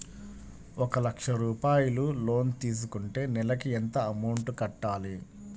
ఒక లక్ష రూపాయిలు లోన్ తీసుకుంటే నెలకి ఎంత అమౌంట్ కట్టాలి?